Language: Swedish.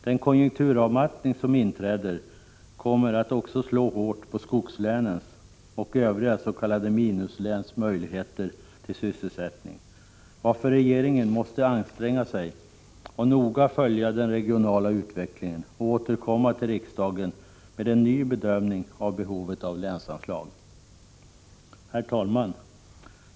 Den konjunkturavmattning som inträder kommer att också slå på skogslänens och övriga s.k. minusläns möjligheter till sysselsättning, varför regeringen måste anstränga sig och noga följa den regionala utvecklingen och återkomma till riksdagen med en ny bedömning av behovet av länsanslag. Herr talman!